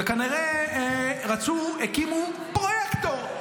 וכנראה רצו פרויקטור.